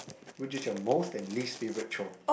which is your most and least favourite chore